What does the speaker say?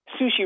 sushi